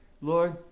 lord